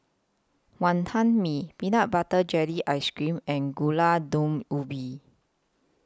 Wonton Mee Peanut Butter Jelly Ice Cream and Gulai Daun Ubi